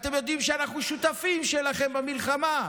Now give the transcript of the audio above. אתם יודעים שאנחנו שותפים שלכם במלחמה,